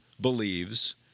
believes